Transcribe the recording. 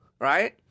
Right